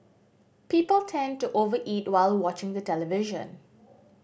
people tend to over eat while watching the television